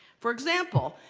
for example,